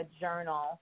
journal